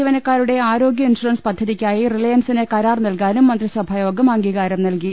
ജീവനക്കാരുടെ ആരോഗ്യ ഇൻഷൂറൻസ് പദ്ധതിക്കായി റിലയൻസിന് കരാർ നൽകാനും മന്ത്രിസഭായോഗം അംഗീകാരം നൽകി